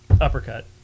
uppercut